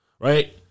right